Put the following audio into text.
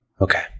Okay